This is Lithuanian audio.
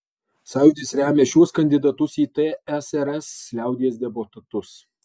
sąjūdis remia šiuos kandidatus į tsrs liaudies deputatus